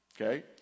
okay